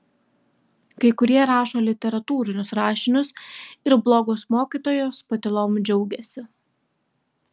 kai kurie rašo literatūrinius rašinius ir blogos mokytojos patylom džiaugiasi